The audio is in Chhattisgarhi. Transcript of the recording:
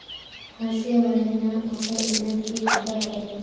हँसिया बनई ह अब्बड़ मेहनत के बूता हरय